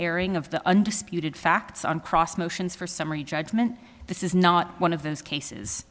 airing of the undisputed facts on cross motions for summary judgment this is not one of those cases